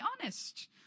honest